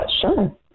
Sure